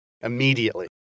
immediately